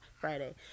Friday